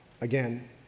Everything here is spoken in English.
again